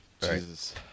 Jesus